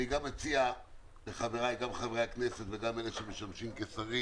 אני גם מציע לחבריי חברי הכנסת וגם אלה שמשמשים שרים